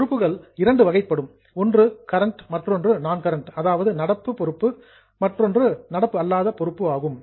பொறுப்புகள் இரண்டு வகைப்படும் ஒன்று கரண்ட் நடப்பு பொறுப்பு மற்றொன்று நான் கரண்ட் நடப்பு அல்லாத பொறுப்பு ஆகும்